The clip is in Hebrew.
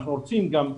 ואנחנו גם רוצים בכך,